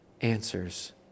answers